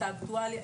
את האקטואליה,